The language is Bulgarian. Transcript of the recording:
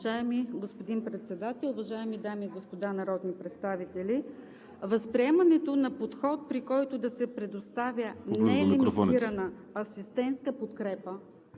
Уважаеми господин Председател, уважаеми дами и господа народни представители! Възприемането на подход, при който да се предоставя нелимитирана асистентска подкрепа